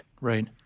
right